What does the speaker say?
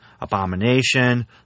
Abomination